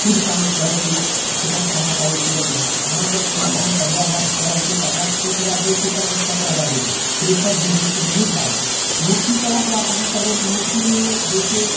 खुद काम करै छियै तऽ केतना कमा पाबै छियै अऽ अहाँ अगर कोइ काम पन्द्रह हजारके कऽ रहल छियै तऽ अगलाके तीस हजार दै छियै तब अहाँके पन्द्रह हजार दै छै प्रेशर जिन्दगी छै बहुत बात छै मूर्तिकलाके बात अहाँ करबै तऽ मूर्तिमे जैसे